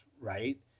Right